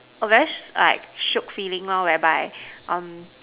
oh very like shiok feeling lor where by um